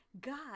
God